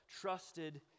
trusted